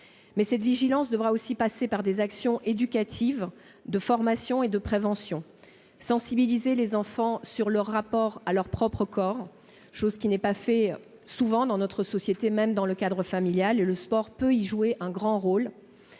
Mais la vigilance devra aussi passer par des actions éducatives de formation et de prévention. Il s'agit de sensibiliser les enfants sur leur rapport à leur propre corps, chose qui n'est pas faite souvent dans notre société, y compris dans le cadre familial, et pour laquelle le sport peut jouer un grand rôle